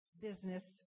business